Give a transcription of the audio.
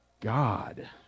God